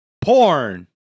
porn